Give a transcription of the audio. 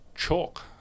chalk